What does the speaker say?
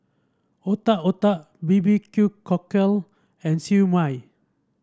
Otak Otak B B Q Cockle and Siew Mai